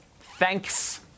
thanks